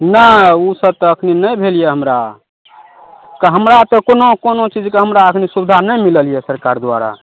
नहि ओ सब तऽ अखनि नहि भेल यऽ हमरा हमरा तऽ कोनो कोनो चीजके हमरा अखनि सुविधा नहि मिलल यऽ सरकार द्वारा